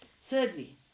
Thirdly